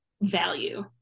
value